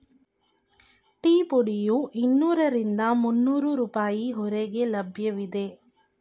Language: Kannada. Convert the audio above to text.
ಟೀ ಪುಡಿಯು ಇನ್ನೂರರಿಂದ ಮುನ್ನೋರು ರೂಪಾಯಿ ಹೊರಗೆ ಲಭ್ಯವಿದೆ